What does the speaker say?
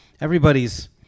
everybody's